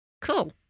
cool